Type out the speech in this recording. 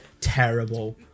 terrible